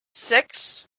six